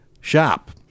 shop